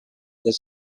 this